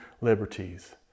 liberties